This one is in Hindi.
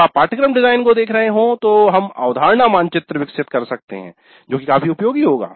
जब आप पाठ्यक्रम डिजाइन को देख रहे हों तो हम अवधारणा मानचित्र विकसित कर सकते हैं - जो कि काफी उपयोगी होगा